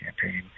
campaign